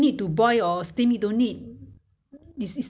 所以不新鲜你吃 ah 那个饭 ah 很难吃的